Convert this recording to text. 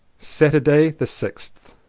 saturday the sixth.